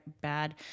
bad